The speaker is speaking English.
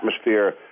atmosphere